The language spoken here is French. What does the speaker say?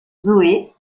zoé